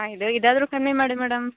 ಇದು ಇದಾದರೂ ಕಮ್ಮಿ ಮಾಡಿ ಮೇಡಮ್